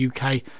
UK